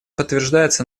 подтверждается